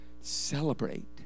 Celebrate